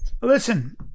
Listen